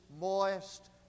moist